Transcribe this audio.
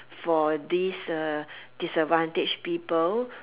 for these disadvantage people